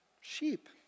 sheep